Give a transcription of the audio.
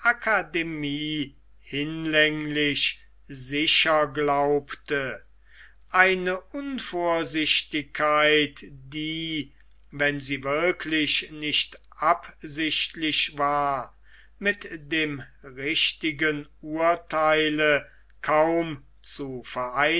akademie hinlänglich sicher glaubte eine unvorsichtigkeit die wenn sie wirklich nicht absichtlich war mit dem richtigen urtheile kaum zu